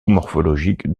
morphologiques